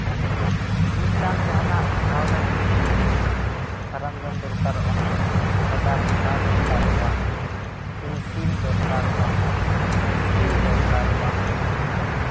ᱢᱤᱫᱴᱟᱝ ᱡᱟᱦᱟᱸᱱᱟᱜ ᱟᱸᱠᱟᱣ ᱞᱟᱹᱜᱤᱫ ᱛᱮ ᱥᱚᱨᱚᱧᱡᱟᱢ ᱫᱚᱨᱠᱟᱨᱚᱜᱼᱟ ᱥᱟᱫᱟ ᱠᱷᱟᱛᱟ ᱫᱚᱨᱠᱟᱨᱚᱜᱼᱟ ᱯᱮᱱᱥᱤᱞ ᱫᱚᱨᱠᱟᱨᱚᱜᱼᱟ ᱮᱥᱠᱮᱞ ᱫᱚᱨᱠᱟᱨᱚᱜᱼᱟ